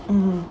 mm